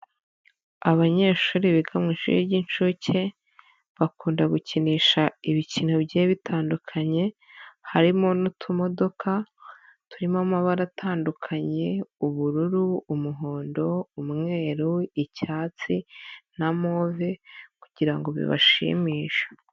Abanyeshuri biga mu ishuri ry'incuke bakunda gukinisha ibikino bigiye bitandukanye, harimo n'utumodoka turimo amabara atandukanye ubururu, umuhondo, umweru, icyatsi na move kugira ngo bibashimishe.